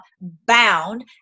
bound